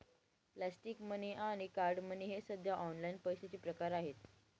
plastic money आणि card money हे सध्या ऑनलाइन पैशाचे प्रकार आहेत